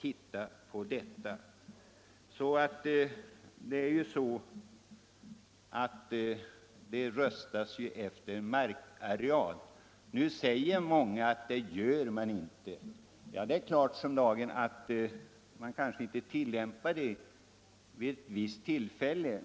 tänka på att det röstas efter markareal. Många säger att man inte gör det, och det kanske stämmer ibland.